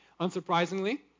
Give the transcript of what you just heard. Unsurprisingly